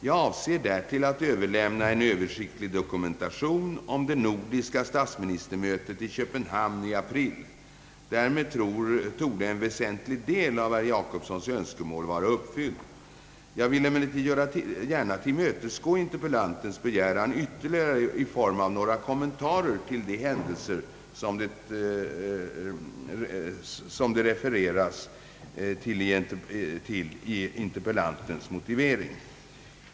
Jag avser därtill att överlämna en Översiktlig dokumenta tion om det nordiska statsministermötet i Köpenhamn i april. Därmed torde en väsentlig del av herr Jacobssons önskemål var uppfylld. Jag vill emellertid gärna tillmötesgå interpellantens begäran ytterligare i form av några kommentarer till de händelser som det refereras till i interpellationens motivering.